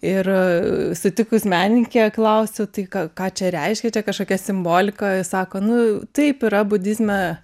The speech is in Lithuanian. ir sutikus menininkę klausiu tai ką ką čia reiškia čia kažkokia simbolika sako nu taip yra budizme